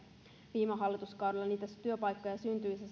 viime hallituskaudella niitä työpaikkoja syntyi se